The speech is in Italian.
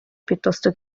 piuttosto